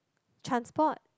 transport